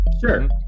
sure